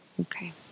okay